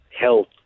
health